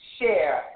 share